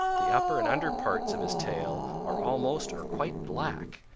the upper and under parts of his tail are almost or quite black,